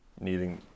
needing